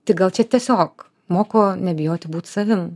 tai gal čia tiesiog moko nebijoti būt savim